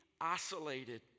isolated